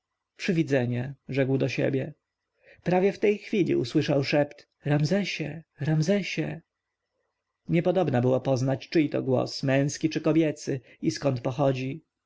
przywidzenie rzekł do siebie prawie w tej chwili usłyszał szept ramzesie ramzesie niepodobna było poznać czyj to głos męski czy kobiecy i skąd pochodzi